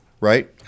Right